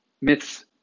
Myths